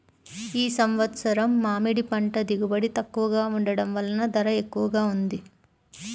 ఈ సంవత్సరం మామిడి పంట దిగుబడి తక్కువగా ఉండటం వలన ధర ఎక్కువగా ఉంది